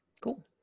Cool